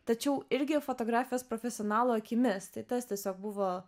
tačiau irgi fotografijos profesionalo akimis tai tas tiesiog buvo